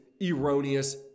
erroneous